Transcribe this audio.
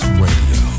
radio